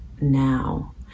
now